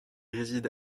réside